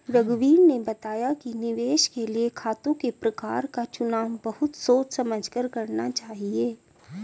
रघुवीर ने बताया कि निवेश के लिए खातों के प्रकार का चुनाव बहुत सोच समझ कर करना चाहिए